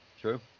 True